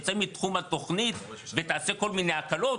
תצא מתחום התוכנית ותעשה כל מיני הקלות.